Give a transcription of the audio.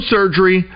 surgery